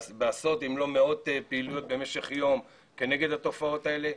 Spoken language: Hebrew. בעשרות אם לא במאות פעילויות במשך יום כנגד התופעות האלה.